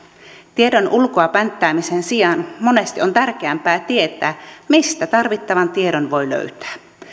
tiedon ulkoa pänttäämisen sijaan monesti on tärkeämpää tietää mistä tarvittavan tiedon voi löytää